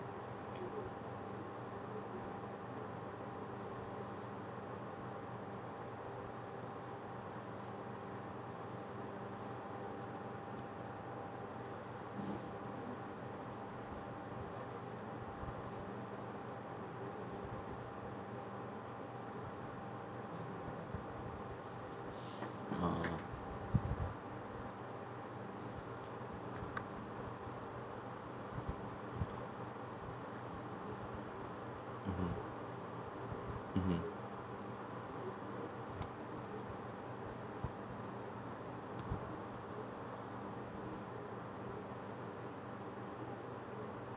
oh mmhmm mmhmm